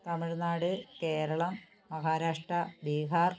Tamil Nadu Keralam Maharashtra Bihar